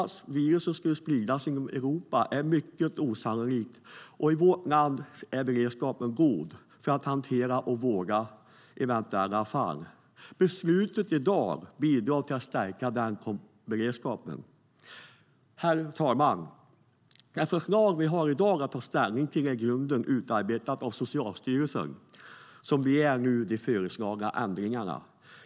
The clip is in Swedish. Att viruset skulle spridas inom Europa är mycket osannolikt, och i vårt land är beredskapen god för att hantera och vårda eventuella fall. Beslutet i dag bidrar till att stärka den beredskapen. Herr talman! Det förslag som vi i dag har att ta ställning till är i grunden utarbetat av Socialstyrelsen, som begär de föreslagna ändringarna.